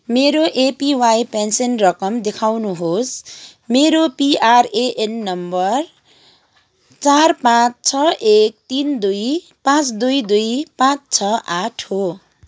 मेरो APY pension रकम देखाउनुहोस् मेरो पिआरएएन नम्बर चार पाँच छ एक तिन दुई पाँच दुई दुई पाँच छ आठ हो